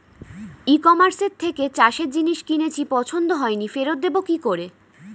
ই কমার্সের থেকে চাষের জিনিস কিনেছি পছন্দ হয়নি ফেরত দেব কী করে?